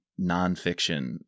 nonfiction